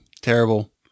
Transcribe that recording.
terrible